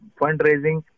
fundraising